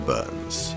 Burns